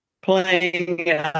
playing